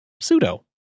Pseudo